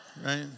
Right